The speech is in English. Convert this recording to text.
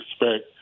respect